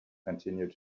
continued